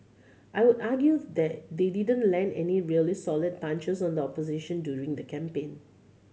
I would argues that they didn't land any really solid punches on the opposition during the campaign